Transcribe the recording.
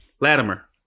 Latimer